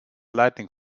lightning